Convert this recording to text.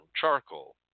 charcoal